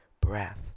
breath